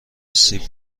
سیب